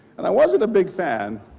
and i wasn't a big fan.